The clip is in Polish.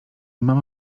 mama